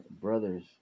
brothers